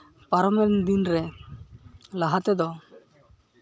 ᱯᱟᱨᱚᱢᱮᱱ ᱫᱤᱱ ᱨᱮ ᱞᱟᱦᱟ ᱛᱮᱫᱚ